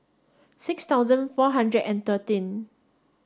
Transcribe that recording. six thousand four hundred and thirteen